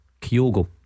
Kyogo